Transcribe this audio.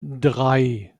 drei